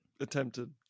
Attempted